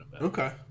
okay